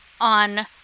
on